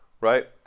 right